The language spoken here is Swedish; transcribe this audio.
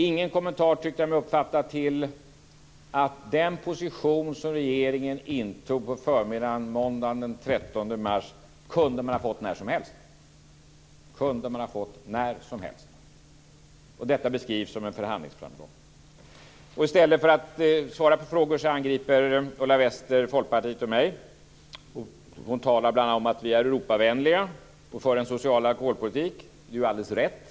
Ingen kommentar tyckte jag mig uppfatta till att den position som regeringen intog på förmiddagen måndagen den 13 mars kunde man ha fått när som helst - när som helst! Och detta beskrivs som en förhandlingsframgång. I stället för att svara på frågor angriper Ulla Wester Folkpartiet och mig. Hon talar bl.a. om att vi är Europavänliga och att vi för en social alkoholpolitik. Det är ju alldeles rätt.